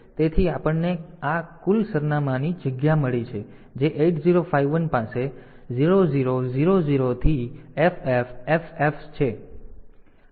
તેથી આપણને આ કુલ સરનામાની જગ્યા મળી છે જે 8051 પાસે 0000 થી FFFF છે